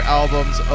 albums